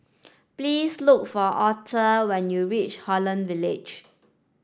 please look for Author when you reach Holland Village